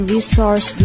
Resource